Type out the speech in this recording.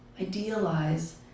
idealize